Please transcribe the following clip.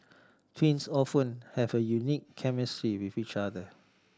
twins often have a unique chemistry with each other